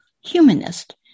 humanist